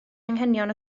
anghenion